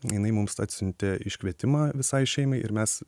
jinai mums atsiuntė iškvietimą visai šeimai ir mes